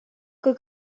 kui